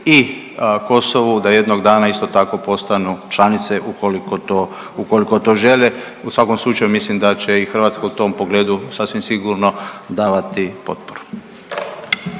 i Kosovu da jednog dana isto tako postanu članice ukoliko to, ukoliko to žele, u svakom slučaju mislim da će i Hrvatska u tom pogledu sasvim sigurno davati potporu.